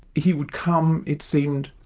he would come, it seemed,